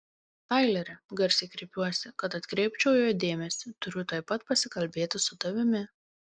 taileri garsiai kreipiuosi kad atkreipčiau jo dėmesį turiu tuoj pat pasikalbėti su tavimi